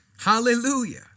Hallelujah